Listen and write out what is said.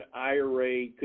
IRA